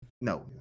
No